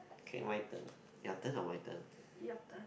okay my turn your turn or my turn